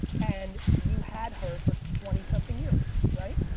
and you had her for twenty something years, right?